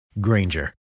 Granger